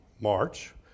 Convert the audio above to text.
March